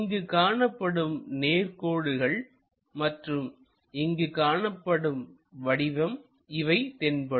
இங்கு காணப்படும் நேர் கோடுகள் மற்றும் இங்கு காணப்படும் வடிவம் இவை தென்படும்